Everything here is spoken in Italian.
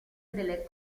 delle